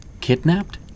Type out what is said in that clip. kidnapped